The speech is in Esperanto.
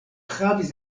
havis